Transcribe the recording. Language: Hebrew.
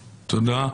תודה.